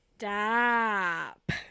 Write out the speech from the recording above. stop